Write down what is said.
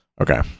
Okay